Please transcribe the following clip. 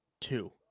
two